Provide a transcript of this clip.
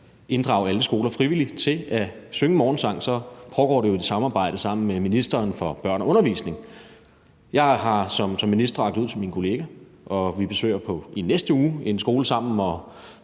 inddrage alle skoler frivilligt til at synge morgensang, pågår det jo i et samarbejde med børne- og undervisningsministeren. Jeg har som minister rakt ud til min kollega, og vi besøger i næste uge en skole sammen og